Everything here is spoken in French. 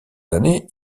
années